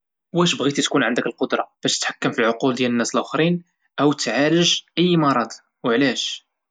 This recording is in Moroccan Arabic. واش بغيتي تكون عندك القدرة تتحكم فعقول الناس الآخرين ولا تعالج أي مرض وعلاش؟